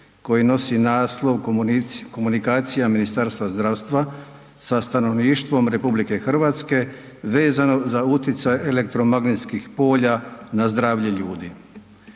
koji nosi naslov Komunikacija Ministarstva zdravstva sa stanovništvom Republike Hrvatske vezano za uticaj elektromagnetskih polja na zdravlje ljudi.